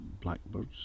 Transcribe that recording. blackbirds